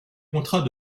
contrat